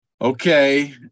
Okay